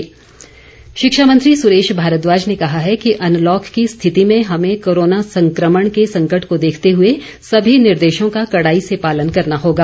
सुरेश भारद्वाज शिक्षा मंत्री सुरेश भारद्वाज ने कहा है कि अनलॉक की स्थिति में हमें कोरोना संकमण के संकट को देखते हुए सभी निर्देशों का कड़ाई से पालन करना होगा